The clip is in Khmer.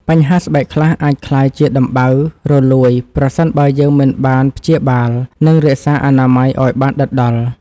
បញ្ហាស្បែកខ្លះអាចក្លាយជាដំបៅរលួយប្រសិនបើយើងមិនបានព្យាបាល និងរក្សាអនាម័យឱ្យបានដិតដល់។